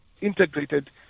integrated